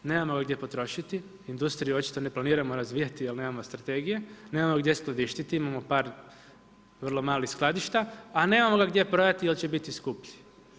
Nemamo ga gdje potrošiti, industriju očito ne planiramo razvijati jer nemamo strategije, nemamo gdje skladištiti, imamo par vrlo malih skladišta, a nemamo ga gdje prodati jer će biti skuplji.